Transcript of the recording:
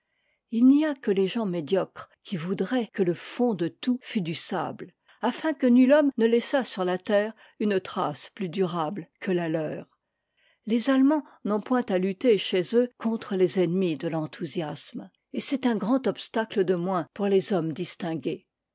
il n'y a que les gens médiocres qui voudraient que le fond de tout fût du sable afin que nul homme ne laissât sur la terre une trace plus durable que la leur les allemands n'ont point à lutter chez eux contre les ennemis de l'enthousiasme et c'est un grand obstacle de moins pour les hommes distingués